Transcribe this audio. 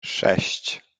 sześć